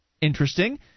interesting